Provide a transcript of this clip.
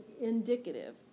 indicative